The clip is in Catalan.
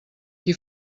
qui